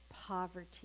poverty